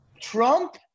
Trump